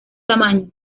tamaños